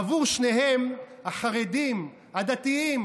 עבור שניהם החרדים, הדתיים